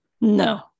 No